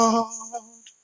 Lord